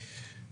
סליחה.